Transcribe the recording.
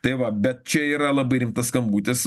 tai va bet čia yra labai rimtas skambutis